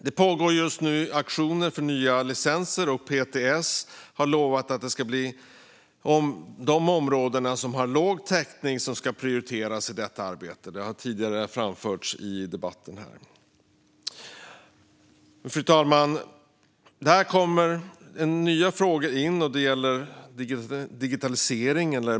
Det pågår just nu ett arbete med auktioner för nya licenser, och PTS har lovat att områden med låg täckning ska prioriteras i detta arbete, vilket har framförts tidigare i debatten. Fru talman!